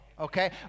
okay